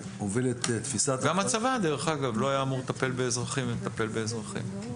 דרך אגב, לא היה אמור לטפל באזרחים ומטפל באזרחים.